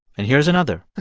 and here's another